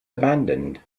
abandoned